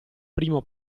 primo